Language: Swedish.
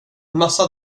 massa